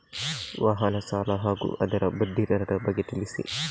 ವಾಹನ ಸಾಲ ಹಾಗೂ ಅದರ ಬಡ್ಡಿ ದರದ ಬಗ್ಗೆ ತಿಳಿಸಿ?